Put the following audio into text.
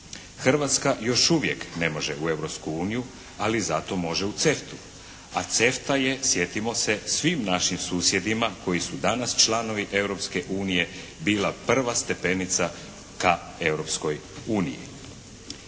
Hrvatska još uvijek ne može u Europsku uniju, ali zato može u CEFTA-u, a CEFTA je sjetimo se, svim našim susjedima koji su danas članovi Europske unije, bila prva stepenica ka